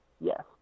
Yes